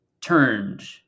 turned